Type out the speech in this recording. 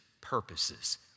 purposes